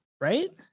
right